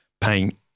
paying